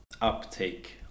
uptake